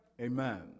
Amen